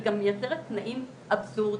היא גם מייצרת תנאים אבסורדיים.